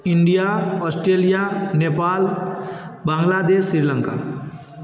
India Australia Nepal Bangladesh Sri Lanka